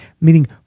meaning